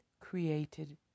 Created